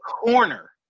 corner